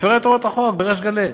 מפרה את הוראות החוק בריש גלי.